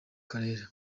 karere